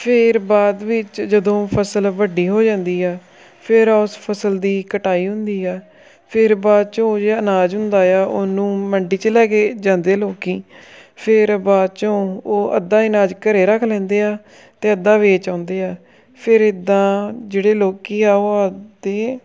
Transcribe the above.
ਫੇਰ ਬਾਅਦ ਵਿੱਚ ਜਦੋਂ ਫਸਲ ਵੱਡੀ ਹੋ ਜਾਂਦੀ ਆ ਫਿਰ ਉਸ ਫਸਲ ਦੀ ਕਟਾਈ ਹੁੰਦੀ ਆ ਫਿਰ ਬਾਅਦ 'ਚੋਂ ਜਿਹੜਾ ਅਨਾਜ ਹੁੰਦਾ ਆ ਉਹਨੂੰ ਮੰਡੀ 'ਚ ਲੈ ਕੇ ਜਾਂਦੇ ਲੋਕ ਫਿਰ ਬਾਅਦ 'ਚੋਂ ਉਹ ਅੱਧਾ ਅਨਾਜ ਘਰ ਰੱਖ ਲੈਂਦੇ ਆ ਅਤੇ ਅੱਧਾ ਵੇਚ ਆਉਂਦੇ ਆ ਫਿਰ ਇੱਦਾਂ ਜਿਹੜੇ ਲੋਕ ਆਉ ਅਤੇ